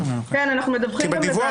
כן, אנחנו מדווחים גם לוועדת חוקה.